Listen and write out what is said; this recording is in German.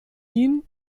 ihn